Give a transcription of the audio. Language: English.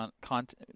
content